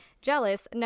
jealous